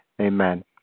Amen